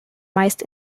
meist